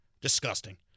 Disgusting